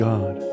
God